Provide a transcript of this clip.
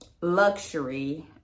luxury